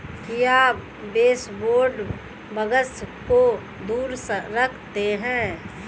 क्या baseboard bugs को दूर रखते हैं?